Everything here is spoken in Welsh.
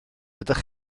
ydych